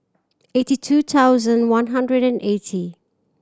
eighty two thousand one hundred and eighty